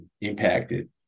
impacted